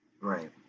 Right